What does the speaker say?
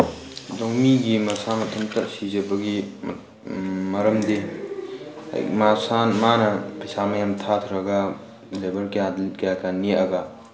ꯂꯧꯃꯤꯒꯤ ꯃꯁꯥ ꯃꯊꯟꯇ ꯁꯤꯖꯕꯒꯤ ꯃꯔꯝꯗꯤ ꯃꯁꯥ ꯃꯥꯅ ꯄꯩꯁꯥ ꯃꯌꯥꯝ ꯊꯥꯊꯔꯒ ꯂꯦꯕꯔ ꯀꯌꯥ ꯀꯌꯥ ꯀꯌꯥ ꯅꯦꯛꯑꯒ